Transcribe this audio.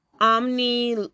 Omni